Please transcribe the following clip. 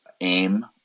aim